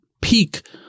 peak